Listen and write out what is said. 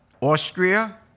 Austria